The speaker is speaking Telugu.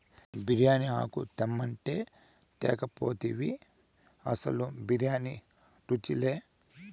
బిర్యానీ ఆకు తెమ్మంటే తేక పోతివి అసలు బిర్యానీ రుచిలే